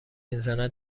میزنن